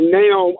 now